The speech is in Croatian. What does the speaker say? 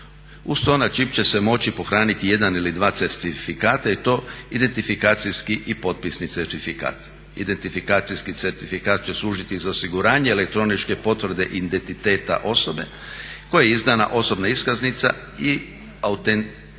to na čip će se moći pohraniti jedan ili dva certifikata i to identifikacijski i potpisni certifikat. Identifikacijski certifikat će služiti za osiguranje elektroničke potvrde identiteta osobe kojoj je izdana osobna iskaznica i autentifikacije